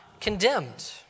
condemned